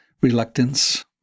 reluctance